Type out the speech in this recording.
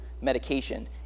medication